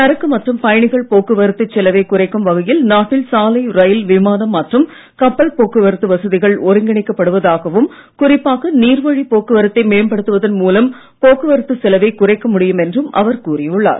சரக்கு மற்றும் பயணிகள் போக்குவரத்து செலவை குறைக்கும் வகையில் நாட்டில் சாலை ரயில் விமானம் மற்றும் கப்பல் போக்குவரத்து வசதிகள் ஒருங்கிணைக்கப் படுவதாகவும் குறிப்பாக நீர்வழிப் போக்குவரத்தை மேம்படுத்துவதன் மூலம் போக்குவரத்து செலவை குறைக்க முடியும் என்றும் அவர் கூறியுள்ளார்